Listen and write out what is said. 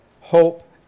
hope